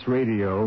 Radio